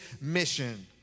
mission